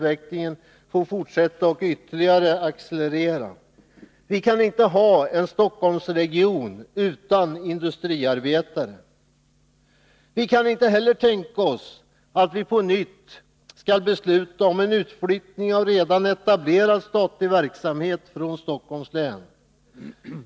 Vi kan inte ha en Stockholmsregion utan industriarbetare! Vi kan inte heller tänka oss att på nytt besluta om en utflyttning av redan etablerad statlig verksamhet från Stockholms län.